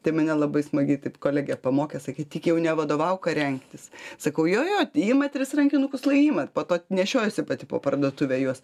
tai mane labai smagiai taip kolegė pamokė sakė tik jau nevadovauk ką rengtis sakau jo jo ima tris rankinukus lai ima po to nešiojasi pati po parduotuvę juos